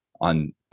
on